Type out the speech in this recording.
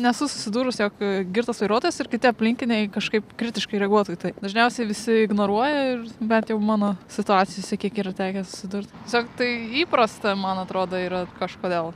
nesu susidūrus jog girtas vairuotojas ir kiti aplinkiniai kažkaip kritiškai reaguotų į tai dažniausiai visi ignoruoja ir bent jau mano situacijose kiek yra tekę susidurt tiesiog tai įprasta man atrodo yra kažkodėl